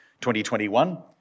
2021